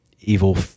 evil